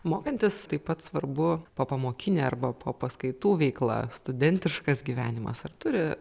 mokantis taip pat svarbu popamokinė arba po paskaitų veikla studentiškas gyvenimas ar turi